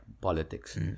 politics